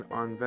on